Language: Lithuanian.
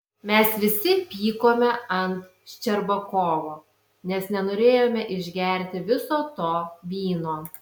mes visi pykome ant ščerbakovo nes nenorėjome išgerti viso to vyno